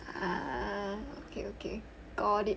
err ah okay okay got it